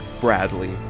Bradley